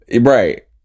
Right